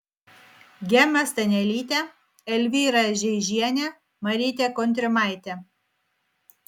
gema stanelytė elvyra žeižienė marytė kontrimaitė